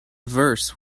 verse